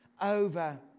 over